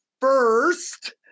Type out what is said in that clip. first